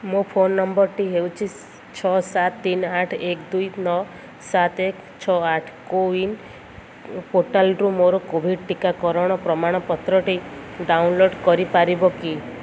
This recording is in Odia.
ମୋ ଫୋନ୍ ନମ୍ବର୍ଟି ହେଉଛି ଛଅ ସାତ ତିନି ଆଠ ଏକ ଦୁଇ ନଅ ସାତ ଏକ ଛଅ ଆଠ କୋୱିନ୍ ପୋର୍ଟାଲ୍ରୁ ମୋର କୋଭିଡ଼୍ ଟିକାକରଣ ପ୍ରମାଣପତ୍ରଟି ଡାଉନଲୋଡ଼୍ କରିପାରିବ କି